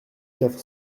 quatre